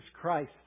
Christ